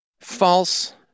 false